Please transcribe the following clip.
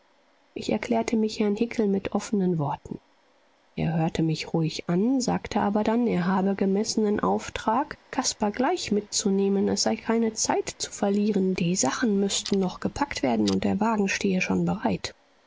ich erklärte mich herrn hickel mit offenen worten er hörte mich ruhig an sagte aber dann er habe gemessenen auftrag caspar gleich mitzunehmen es sei keine zeit zu verlieren die sachen müßten noch gepackt werden und der wagen stehe schon bereit